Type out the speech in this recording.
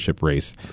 race